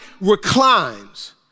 reclines